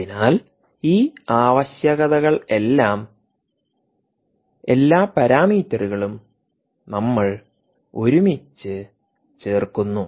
അതിനാൽ ഈ ആവശ്യകതകളെല്ലാം എല്ലാ പരാമീറ്ററുകളും നമ്മൾ ഒരുമിച്ച് ചേർക്കുന്നു